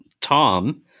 Tom